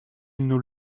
nous